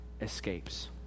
escapes